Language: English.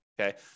okay